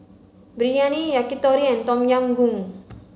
Biryani Yakitori and Tom Yam Goong